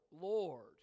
Lord